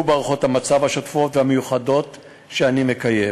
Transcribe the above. בהערכות המצב השוטפות והמיוחדות שאני מקיים.